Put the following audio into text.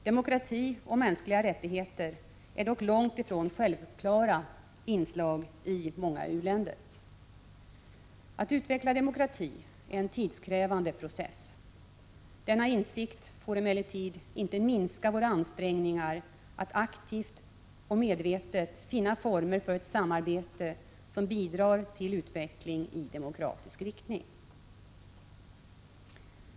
Demokrati och mänskliga rättigheter är dock långt ifrån självklara inslag i många u-länder. Att utveckla demokrati är en tidskrävande process. Denna insikt får emellertid inte minska våra ansträngningar att aktivt och medvetet finna former för ett samarbete som bidrar till utveckling i demokratisk riktning.